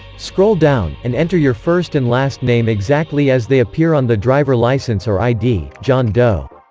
scroll down, and enter your first and last name exactly as they appear on the driver license or id john doe